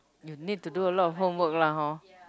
you need to do a lot of homework lah hor